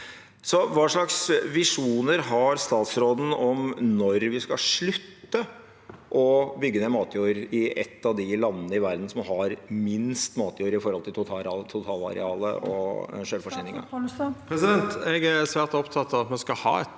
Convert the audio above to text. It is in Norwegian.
Hvilke visjoner har statsråden for når vi skal slutte å bygge ned matjord i et av de landene i verden som har minst matjord i forhold til totalarealet og selvforsyningen?